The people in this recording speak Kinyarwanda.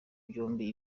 byombi